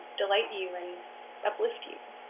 delight you and uplift you?